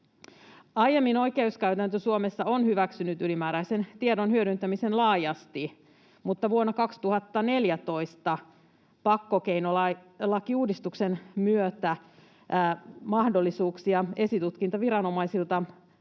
Aiemmin oikeuskäytäntö Suomessa on hyväksynyt ylimääräisen tiedon hyödyntämisen laajasti, mutta vuonna 2014 pakkokeinolakiuudistuksen myötä esitutkintaviranomaisten